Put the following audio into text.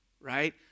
right